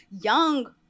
young